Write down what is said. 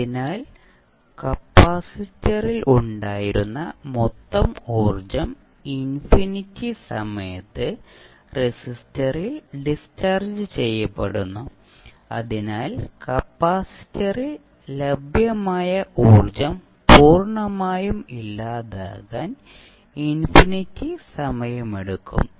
അതിനാൽ കപ്പാസിറ്ററിൽ ഉണ്ടായിരുന്ന മൊത്തം ഊർജ്ജം ഇൻഫിനിറ്റി സമയത്ത് റെസിസ്റ്ററിൽ ഡിസ്ചാർജ് ചെയ്യപ്പെടുന്നു അതിനാൽ കപ്പാസിറ്ററിൽ ലഭ്യമായ ഊർജ്ജം പൂർണ്ണമായും ഇല്ലാതാകാൻ ഇൻഫിനിറ്റി സമയമെടുക്കും